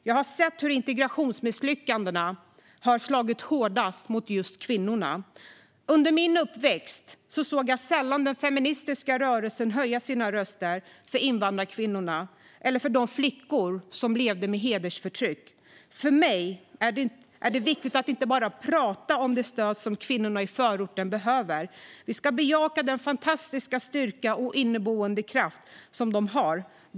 Jag har sett hur integrationsmisslyckandena har slagit hårdast mot just kvinnor. Under min uppväxt såg jag sällan den feministiska rörelsen höja sina röster för invandrarkvinnorna eller för de flickor som levde med hedersförtryck. För mig är det viktigt att inte bara prata om det stöd som kvinnorna i förorten behöver. Vi ska bejaka den fantastiska styrka och inneboende kraft som de har.